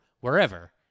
wherever